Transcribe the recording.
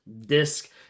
DISC